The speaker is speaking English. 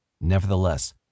Nevertheless